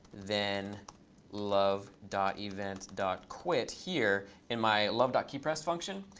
then love dot events dot quit here in my love dot keypressed function.